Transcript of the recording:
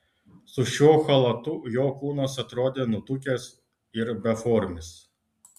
su šiuo chalatu jo kūnas atrodė nutukęs ir beformis